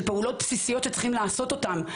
של פעולות בסיסיות שצריכים לעשות אותן?